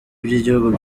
by’igihugu